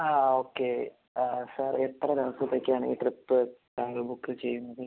ആ ആ ഓക്കെ ആ സാർ എത്ര ദിവസത്തേക്കാണ് ട്രിപ്പ് സാറ് ബുക്ക് ചെയ്യുന്നത്